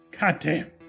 Goddamn